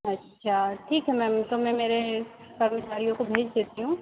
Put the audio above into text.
अच्छा ठीक है मैम तो मैं मेरे कर्मचारियों को भेज देती हूँ